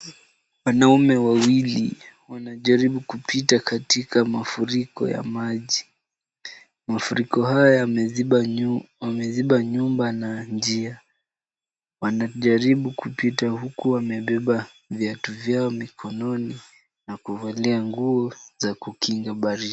Wanaume wawili wanajaribu kupita katika mafuriko ya maji. Mafuriko haya yameziba nyumba na njia. Wanajaribu kupita huku wamebeba viatu vyao mikononi na kuvalia nguo za kukinga baridi.